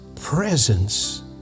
presence